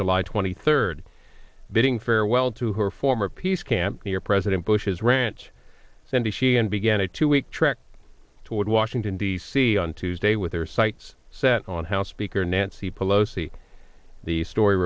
july twenty third bidding farewell to her former peace camp near president bush's ranch cindy sheehan began a two week trek toward washington d c on tuesday with her sights set on house speaker nancy pelosi the story